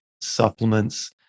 supplements